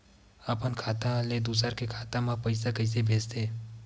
अपन खाता ले दुसर के खाता मा पईसा कइसे भेजथे?